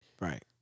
Right